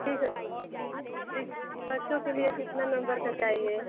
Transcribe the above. ठीक है बच्चों के लिए कितना नम्बर का चाहिए